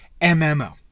MMO